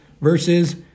versus